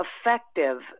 effective